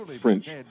French